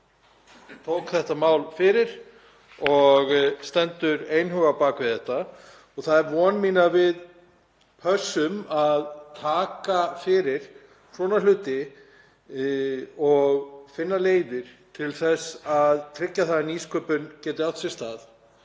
öll tók þetta mál fyrir og stendur einhuga á bak við það. Það er von mín að við pössum að taka fyrir svona hluti og finnum leiðir til þess að tryggja það að nýsköpun geti átt sér stað